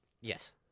Yes